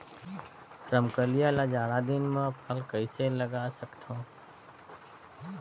रमकलिया ल जाड़ा दिन म जल्दी फल कइसे लगा सकथव?